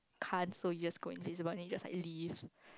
can't so you just go invisible and you just like leave